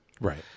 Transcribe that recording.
Right